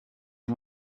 you